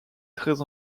très